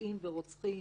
שפוגעים ורוצחים,